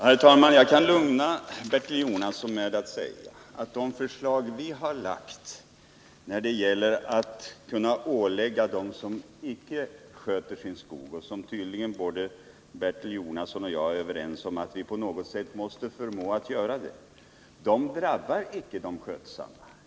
Herr talman! Jag kan lugna Bertil Jonasson med att de förslag som vi har lagt fram och som syftar till att göra det möjligt att ålägga dem som icke sköter sin skog att göra det icke drabbar de skötsamma.